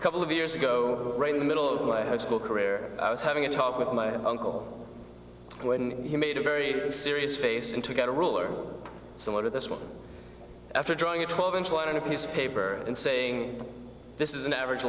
a couple of years ago right in the middle of my high school career i was having a talk with him when he made a very serious face and to get a ruler similar to this one after drawing a twelve inch line on a piece of paper and saying this is an average